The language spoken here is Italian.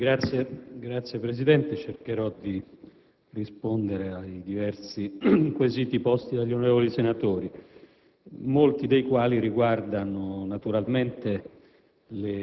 Signor Presidente, cercherò di rispondere ai diversi quesiti posti dagli onorevoli senatori, molti dei quali riguardano la natura e le